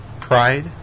Pride